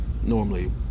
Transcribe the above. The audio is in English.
normally